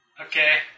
Okay